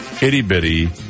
itty-bitty